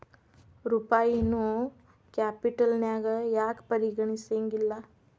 ರೂಪಾಯಿನೂ ಕ್ಯಾಪಿಟಲ್ನ್ಯಾಗ್ ಯಾಕ್ ಪರಿಗಣಿಸೆಂಗಿಲ್ಲಾ?